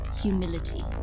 humility